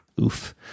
Oof